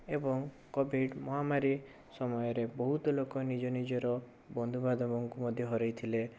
ଏବଂ କୋଭିଡ଼ ମହାମାରୀ ସମୟରେ ବହୁତ ଲୋକ ନିଜ ନିଜର ବନ୍ଧୁ ବାନ୍ଧବଙ୍କୁ ମଧ୍ୟ ହରେଇଥିଲେ